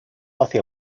hacia